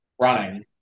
running